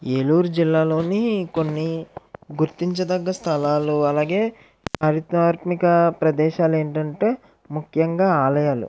ఏలూరు జిల్లాలోని కొన్ని గుర్తించతగ్గ స్థలాలు అలాగే చారిత్రాత్మక ప్రదేశాలు ఏంటంటే ముఖ్యంగా ఆలయాలు